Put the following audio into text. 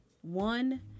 one